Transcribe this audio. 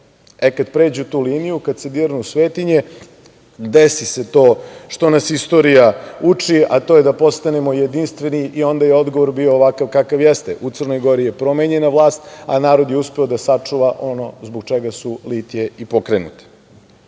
E, kad pređu tu liniju, kad se dirnu svetinje, desi se to što nas istorija uči, a to je da postanemo jedinstveni i onda je odgovor bio ovakav kakav jeste. U Crnoj Gori je promenjena vlast, a narod je uspeo da sačuva ono zbog čega su litije i pokrenute. Sticajem